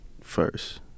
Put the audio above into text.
first